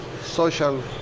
social